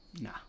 Nah